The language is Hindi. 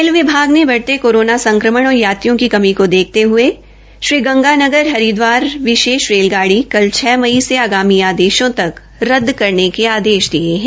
रेल विभाग ने बढ़ते कोरोना संक्रमण और यात्रियों की कमी को देखते हये श्रीगंगानगर हरिद्वार विशेष रेलगाड़ी कल छ मई से आगामी आदेशों तक रदद करने के आदेश दिये है